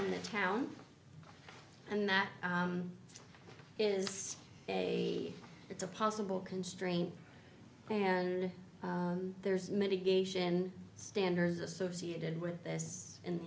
in the town and that is a it's a possible constraint and there's mitigation standards associated with this and